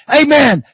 amen